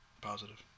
Positive